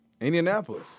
Indianapolis